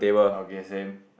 okay same